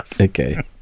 Okay